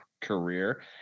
career